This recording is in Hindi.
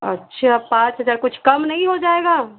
अच्छा पाँच हज़ार कुछ काम नहीं हो जाएगा